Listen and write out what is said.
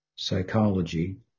Psychology